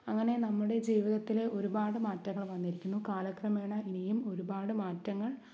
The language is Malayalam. അങ്ങനെ നമ്മുടെ ജീവിതത്തിൽ ഒരുപാട് മാറ്റങ്ങൾ വന്നിരുന്നു കാലക്രമേണ ഇനിയും ഒരുപാട് മാറ്റങ്ങൾ